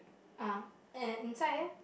ah and inside eh